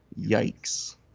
yikes